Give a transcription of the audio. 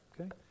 Okay